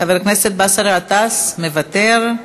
חבר הכנסת באסל גטאס, מוותר,